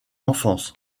enfance